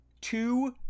two